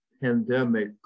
pandemic